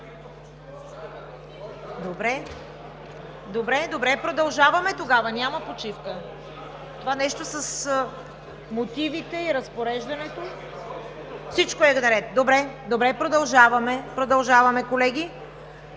го? Добре, добре, продължаваме тогава, няма почивка. Това нещо с мотивите, разпореждането – всичко е наред. Добре, продължаваме, колеги.